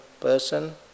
person